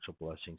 blessings